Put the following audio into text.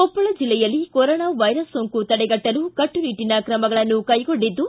ಕೊಪ್ಪಳ ಜಿಲ್ಲೆಯಲ್ಲಿ corona virus ಸೋಂಕು ತಡೆಗಟ್ಟಲು ಕಟ್ಟುನಿಟ್ಟಿನ ಕ್ರಮಗಳನ್ನು ಕೈಗೊಂಡಿದ್ದು